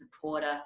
supporter